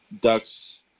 ducks